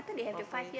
or four years